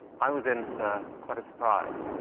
i was in for quite a surprise.